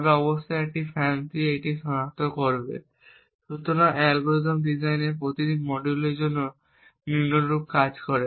তবে অবশ্যই একটি FANCI এটি সনাক্ত করবে। সুতরাং অ্যালগরিদম ডিজাইনের প্রতিটি মডিউলের জন্য নিম্নরূপ কাজ করে